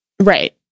Right